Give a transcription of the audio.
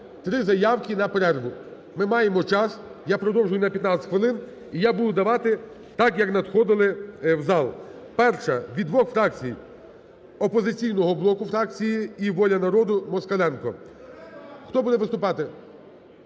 три заявки на перерву. Ми маємо час, я продовжую на 15 хвилин, і я буду надавати так, як надходили в зал. Перше. Від двох фракцій: "Опозиційного блоку" фракції і "Воля народу" Москаленко. Хто буде виступати?